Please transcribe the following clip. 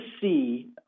see